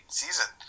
season